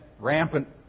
rampant